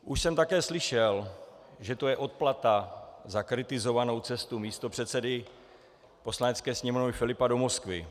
Už jsem také slyšel, že to je odplata za kritizovanou cestu místopředsedy Poslanecké sněmovny Filipa do Moskvy.